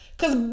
cause